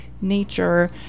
nature